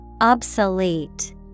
Obsolete